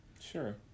Sure